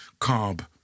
carb